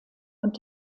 und